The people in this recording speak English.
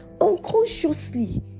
unconsciously